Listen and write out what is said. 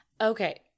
Okay